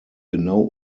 genau